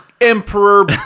Emperor